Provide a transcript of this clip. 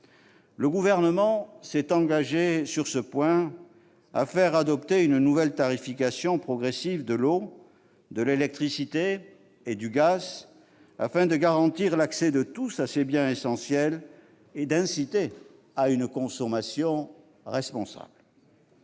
Le Gouvernement s'est engagé sur ce point à faire adopter une nouvelle tarification progressive de l'eau, de l'électricité et du gaz, afin de garantir l'accès de tous à ces biens essentiels et d'inciter à une consommation responsable.